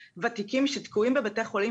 אנחנו משאירים כאן אוכלוסייה שלמה מאחורה,